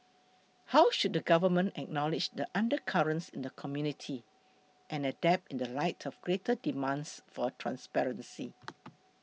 how should the government acknowledge the undercurrents in the community and adapt in the light of greater demands for transparency